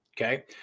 okay